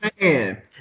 man